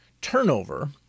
turnover